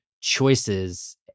choices